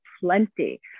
plenty